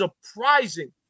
surprising